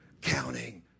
counting